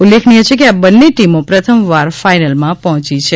ઉલ્લેખનીય છે કે આ બંને ટીમો પ્રથમવાર ફાઈનલમાં પહોંચી છે